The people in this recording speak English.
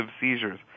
seizures